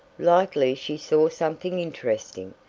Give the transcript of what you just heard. likely she saw something interesting,